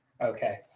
okay